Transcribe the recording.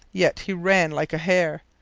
yet he ran like a hare.